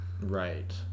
Right